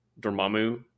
Dormammu